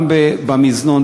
גם במזנון,